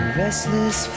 restless